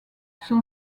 son